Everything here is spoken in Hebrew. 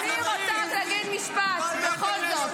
אני רוצה להגיד משפט בכל זאת.